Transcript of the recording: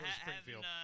Springfield